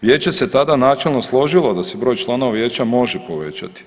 Vijeće se tada načelno složilo da se broj članova vijeća može povećati.